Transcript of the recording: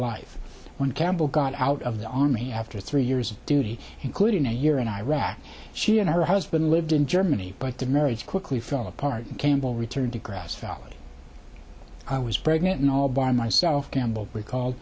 life when campbell got out of the army after three years of duty including a year in iraq she and her husband lived in germany but the marriage quickly fell apart campbell returned to grass valley i was pregnant and all by myself gamble recalled